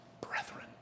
brethren